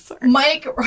mike